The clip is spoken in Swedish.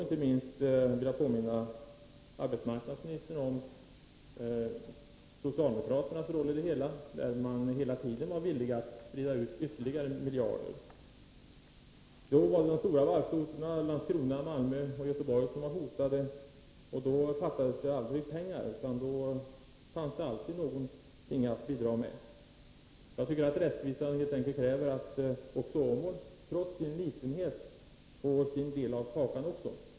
Inte minst vill jag påminna arbetsmarknadsministern om socialdemokraternas roll — de var hela tiden villiga att sprida ut ytterligare miljarder. Då var det de stora varvsorterna — Landskrona, Malmö och Göteborg — som var hotade. Då fattades det aldrig pengar utan fanns alltid någonting att bidra med. Jag tycker att rättvisan helt enkelt kräver att också Åmål -— trots sin litenhet — får sin del av kakan.